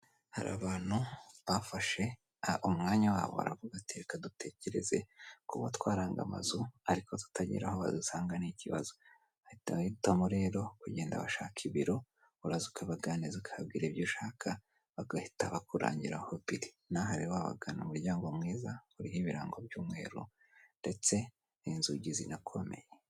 Hari abantu bafashe a umwanya wabo aravuga ati:"Reka dutekereze kuba twaran amazu ariko tutagera aho basanga ni ikibazo." Bahita bahitamo rero kugenda bashaka ibiro uraza ukabagani ukabwira ibyo ushaka bagahita bakurangira aho biri n'aha rero wababagana umuryango mwiza uriho ibirango by'umweru ndetse n'inzugi zinakomeye.